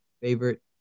favorite